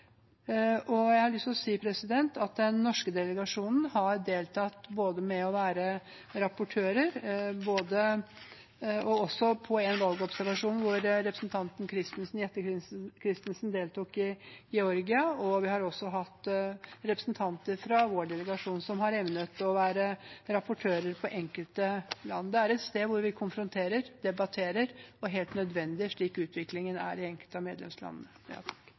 Jeg har lyst til å si at den norske delegasjonen har deltatt både ved å være rapportører og på en valgobservasjon i Georgia hvor representanten Jette Christensen deltok. Vi har også hatt representanter fra vår delegasjon som har evnet å være rapportører på enkelte land. Det er et sted hvor vi konfronterer og debatterer, og det er helt nødvendig slik utviklingen er i enkelte av medlemslandene.